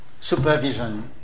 supervision